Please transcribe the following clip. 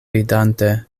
ridante